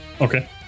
Okay